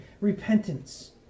repentance